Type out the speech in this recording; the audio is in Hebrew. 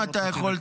אם אתה יכול,